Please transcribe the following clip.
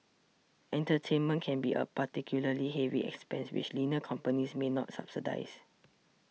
entertainment can be a particularly heavy expense which leaner companies may not subsidise